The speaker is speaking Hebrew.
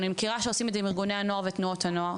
אני מכירה שעושים את ארגוני הנוער ותנועות הנוער,